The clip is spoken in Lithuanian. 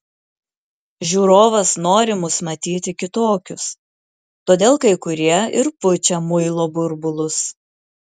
žiūrovas nori mus matyti kitokius todėl kai kurie ir pučia muilo burbulus